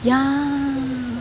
ya